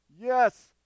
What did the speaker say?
yes